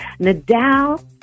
Nadal